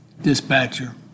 Dispatcher